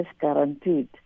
guaranteed